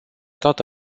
toată